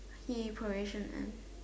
he probation and